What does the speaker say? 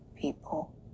people